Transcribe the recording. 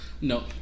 No